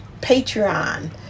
Patreon